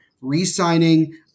Resigning